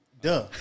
Duh